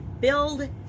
build